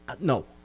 No